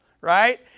right